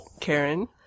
Karen